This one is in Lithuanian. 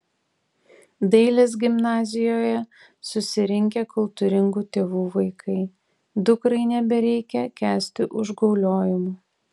dailės gimnazijoje susirinkę kultūringų tėvų vaikai dukrai nebereikia kęsti užgauliojimų